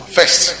first